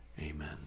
Amen